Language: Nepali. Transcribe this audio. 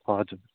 हजुर